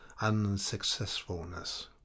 unsuccessfulness